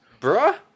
Bruh